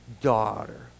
daughter